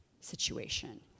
situation